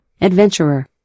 adventurer